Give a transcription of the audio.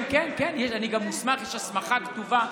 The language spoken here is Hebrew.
כן כן כן, אני גם מוסמך, יש הסמכה כתובה.